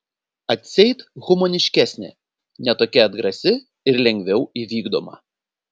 atseit humaniškesnė ne tokia atgrasi ir lengviau įvykdoma